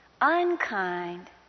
unkind